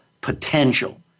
potential